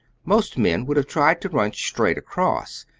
most men would have tried to run straight across,